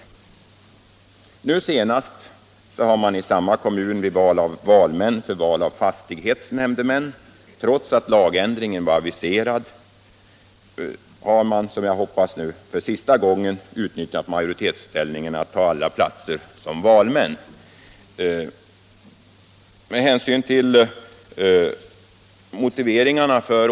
Trots att en lagändring är aviserad har man nu i samma kommun vid val av valmän för val av fastighetsnämndemän -— för, som jag hoppas, sista gången — uttnyttjat majoritetsställningen till att ta alla valmansplatserna.